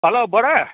hello बडा